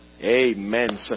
Amen